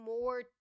more